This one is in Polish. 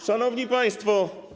Szanowni Państwo!